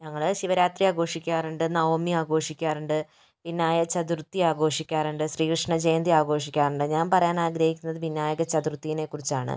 ഞങ്ങളെ ശിവരാത്രി ആഘോഷിക്കാറുണ്ട് നവമി ആഘോഷിക്കാറുണ്ട് വിനായക ചതുർഥി ആഘോഷിക്കാറുണ്ട് ശ്രീകൃഷ്ണ ജയന്തി ആഘോഷിക്കാറുണ്ട് ഞാൻ പറയാൻ ആഗ്രഹിക്കുന്നത് വിനയ ചതുർത്ഥിനെ കുറിച്ചാണ്